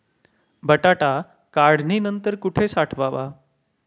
बटाटा काढणी नंतर कुठे साठवावा?